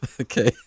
Okay